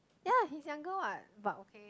ya he's younger what but okay